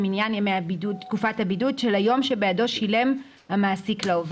לבין הדיווח שעכשיו נקלט במשרד הבריאות?